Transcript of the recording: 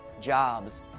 jobs